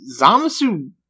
Zamasu